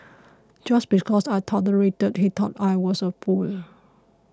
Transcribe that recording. just because I tolerated he thought I was a fool